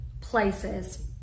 places